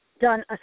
done